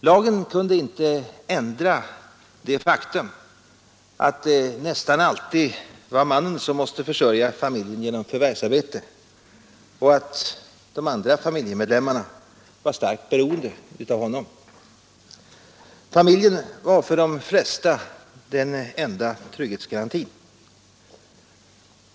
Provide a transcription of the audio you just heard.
Lagen kunde inte ändra det faktum att det nästan alltid var mannen som måste försörja familjen genom förvärvsarbete och att de andra familjemedlemmarna var starkt beroende av honom. Familjen var för de flesta den enda trygghetsgarantin.